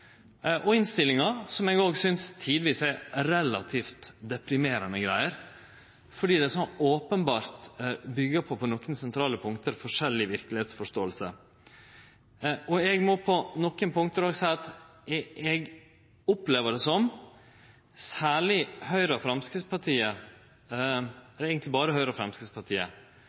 debatten. Innstillinga synest eg òg tidvis er relativt deprimerande greier, fordi det på nokre sentrale punkt så openbert byggjer på forskjellig verkelegheitsforståing. Eg må på nokre punkt òg seie at eg opplever det som at Høgre og Framstegspartiet i munnlege utsegn og i andre samanhengar seier at dette er ein viktig rapport, og